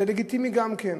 זה לגיטימי גם כן,